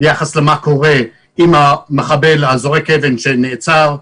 מה קורה עם המחבל זורק האבן שנעצר.